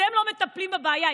שהם לא מטפלים בבעיה.